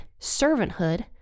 servanthood